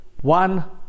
one